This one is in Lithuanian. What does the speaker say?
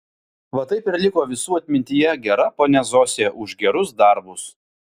va taip ir liko visų atmintyje gera ponia zosė už gerus darbus